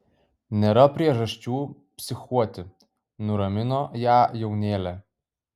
nėra priežasčių psichuoti nuramino ją jaunėlė